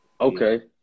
Okay